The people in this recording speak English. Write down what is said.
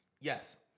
Yes